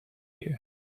you